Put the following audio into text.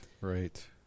right